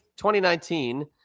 2019